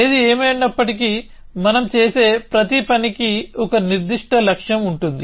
ఏది ఏమైనప్పటికీ మనం చేసే ప్రతి పనికి ఒక నిర్దిష్ట లక్ష్యం ఉంటుంది